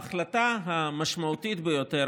ההחלטה המשמעותית ביותר,